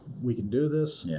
we can do this? yeah